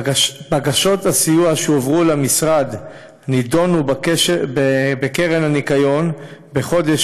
בקשות הסיוע שהועברו למשרד נדונו בקרן הניקיון בחודש